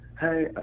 hey